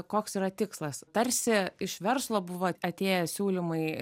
koks yra tikslas tarsi iš verslo buvo atėję siūlymai